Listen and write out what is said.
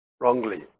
wrongly